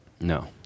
No